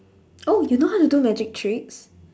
oh you know how to do magic tricks